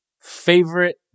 favorite